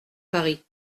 paris